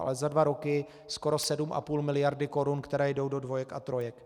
Ale za dva roky skoro 7,5 miliardy korun, které jdou do dvojek a trojek.